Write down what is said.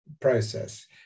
process